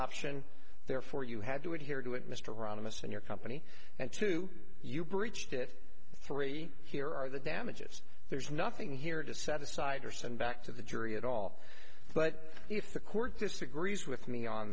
option therefore you had to adhere to it mr honest and your company and to you breached it three here are the damages there's nothing here to set aside or send back to the jury at all but if the court disagrees with me on